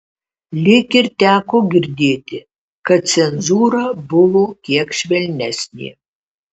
lyg ir teko girdėti kad cenzūra buvo kiek švelnesnė